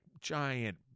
giant